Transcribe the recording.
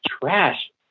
trash